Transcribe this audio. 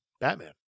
Batman